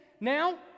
now